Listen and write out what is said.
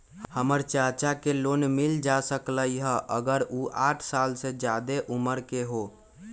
हमर चाचा के लोन मिल जा सकलई ह अगर उ साठ साल से जादे उमर के हों?